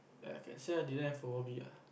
I can say I didn't have a hobby ah